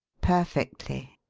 perfectly,